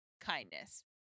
kindness